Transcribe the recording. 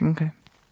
Okay